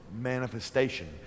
manifestation